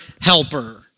helper